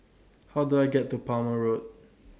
How Do I get to Palmer Road